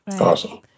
Awesome